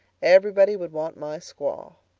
everybody would want my squaw.